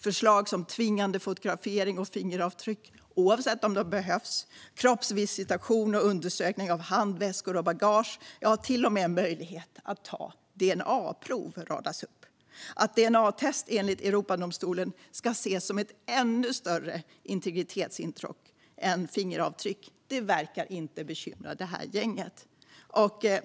Förslag som tvingande fotografering och fingeravtryck - oavsett om de behövs - kroppsvisitation, undersökning av handväskor och bagage och till och med möjlighet att ta dna-prov radas upp. Att dna-test enligt Europadomstolen ska ses som ett ännu större integritetsintrång än fingeravtryck verkar inte bekymra detta gäng.